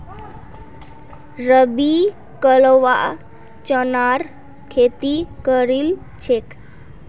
रवि कलवा चनार खेती करील छेक